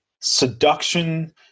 seduction